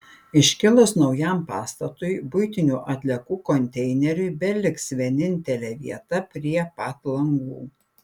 iškilus naujam pastatui buitinių atliekų konteineriui beliks vienintelė vieta prie pat langų